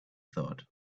thought